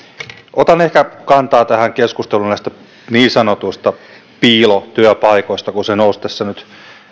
otan ehkä kantaa tähän keskusteluun näistä niin sanotuista piilotyöpaikoista kun se asia nousi tässä nyt